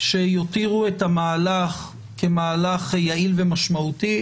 שיותירו את המהלך כמהלך יעיל ומשמעותי.